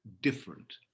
different